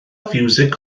fiwsig